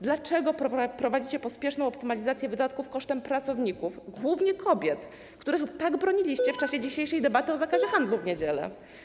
Dlaczego prowadzicie pospieszną optymalizację wydatków kosztem pracowników, głównie kobiet, których tak broniliście w czasie dzisiejszej debaty o zakazu handlu w niedziele?